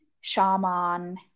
shaman